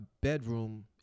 bedroom